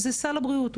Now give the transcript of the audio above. זה סל הבריאות,